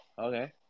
Okay